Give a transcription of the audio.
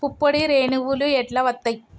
పుప్పొడి రేణువులు ఎట్లా వత్తయ్?